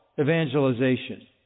evangelization